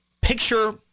picture